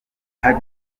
hadi